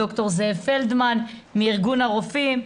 ד"ר זאב פלדמן מארגון הרופאים.